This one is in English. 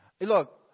Look